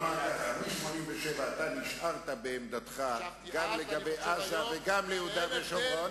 מ-1987 נשארת בעמדתך גם לגבי עזה וגם לגבי יהודה ושומרון,